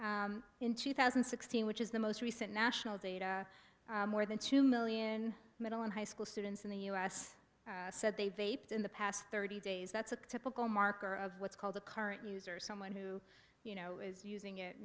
in two thousand and sixteen which is the most recent national data more than two million middle and high school students in the u s said they put in the past thirty days that's a typical marker of what's called a current user someone who you know is using it